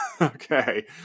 Okay